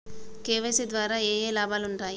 KYC ద్వారా ఏఏ లాభాలు ఉంటాయి?